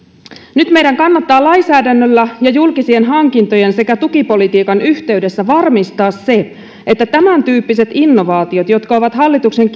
nyt meidän kannattaa lainsäädännöllä ja julkisien hankintojen sekä tukipolitiikan yhteydessä varmistaa se että tämäntyyppiset innovaatiot jotka ovat hallituksen